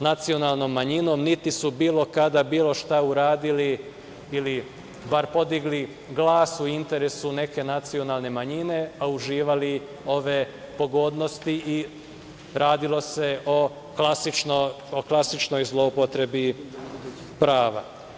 nacionalnom manjinom niti su bilo kada, bilo šta uradili ili bar podigli glas u interesu neke nacionalne manjine, a uživali ove pogodnosti i radilo se o klasičnoj zloupotrebi prava.